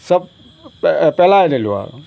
চব পে পেলাই দিলোঁ আৰু